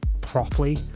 properly